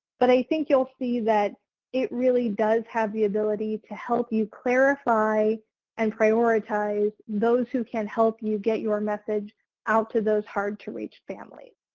but i think you'll see that it really does have the ability to help you clarify and prioritize those who can help you get your message out to those hard to reach families.